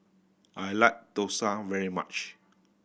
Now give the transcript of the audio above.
I like dosa very much